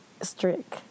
strict